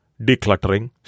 decluttering